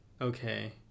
okay